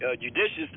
judicious